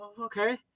Okay